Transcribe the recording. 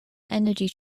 energy